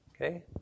Okay